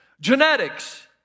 genetics